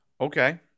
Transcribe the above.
Okay